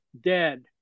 dead